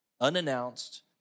unannounced